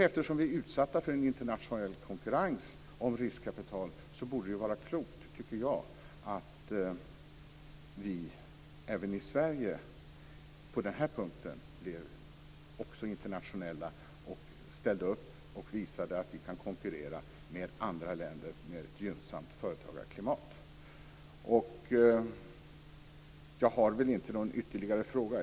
Eftersom vi är utsatta för en internationell konkurrens om riskkapital borde det vara klokt att vi även i Sverige på den här punkten blir internationella och ställer upp och visar att vi kan konkurrera med andra länder med ett gynnsamt företagarklimat. Jag har inte någon ytterligare fråga.